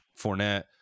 fournette